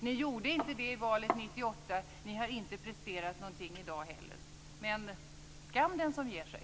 Ni gjorde inte det i valet 1998, och ni har inte presterat någonting i dag heller. Men skam den som ger sig.